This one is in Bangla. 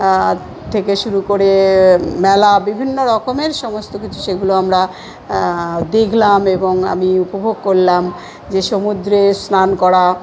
আর থেকে শুরু করে মেলা বিভিন্ন রকমের সমস্ত কিছু সেগুলো আমরা দেখলাম এবং আমি উপভোগ করলাম যে সমুদ্রে স্নান করা